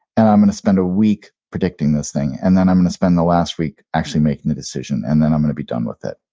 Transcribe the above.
and i'm going to spend a week predicting this thing. and then i'm going to spend the last week actually making the decision. and then i'm going to be done with it.